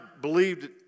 believed